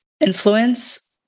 influence